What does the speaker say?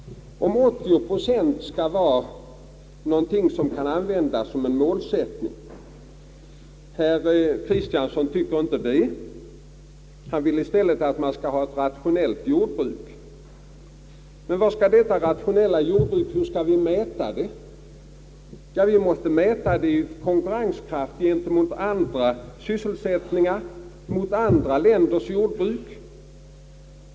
Herr Kristiansson anser inte att 80 procent kan användas som en målsättning. Han vill i stället tala om ett rationellt jordbruk. Men hur skall vi mäta detta rationella jordbruk? Ja, vi måste mäta det i konkurrenskraft gent emot andra sysselsättningar och mot andra länders jordbruk.